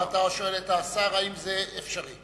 ואתה שואל את השר: האם זה אפשרי?